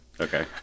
Okay